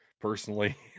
Personally